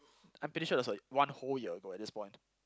I'm pretty sure that there's like one whole year ago at this point